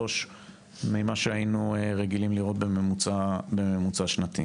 ממה שהיינו רגילים לראות בממוצע שנתי.